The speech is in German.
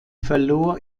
verlor